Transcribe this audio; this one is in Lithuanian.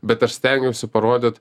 bet aš stengiausi parodyt